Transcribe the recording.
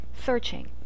searching